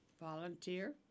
volunteer